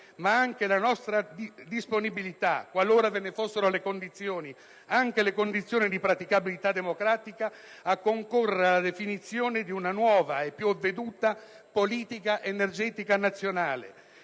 ma anche la nostra disponibilità, qualora ve ne fossero le condizioni, anche di praticabilità democratica, a concorrere alla definizione di una nuova e più avveduta politica energetica nazionale,